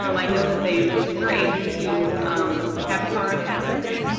um i know that they were able to um have a car on campus.